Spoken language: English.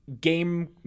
game